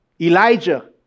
Elijah